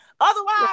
Otherwise